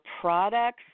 products